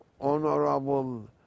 Honorable